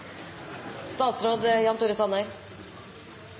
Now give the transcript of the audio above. Statsråd Jan Tore Sanner